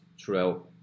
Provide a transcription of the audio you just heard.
throughout